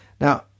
now